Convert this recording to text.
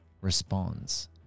responds